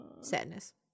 sadness